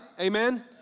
Amen